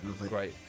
great